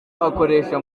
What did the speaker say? akoresha